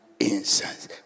Incense